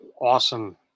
awesome